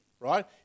right